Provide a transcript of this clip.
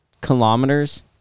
kilometers